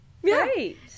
Great